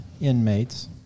inmates